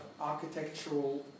architectural